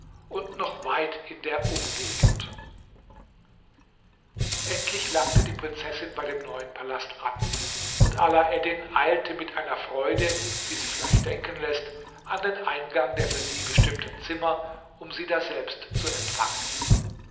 und noch weit in der umgegend endlich langte die prinzessin bei dem neuen palast an und alaeddin eilte mit einer freude die sich leicht denken läßt an den eingang der für sie bestimmten zimmer um sie daselbst zu empfangen